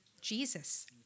Jesus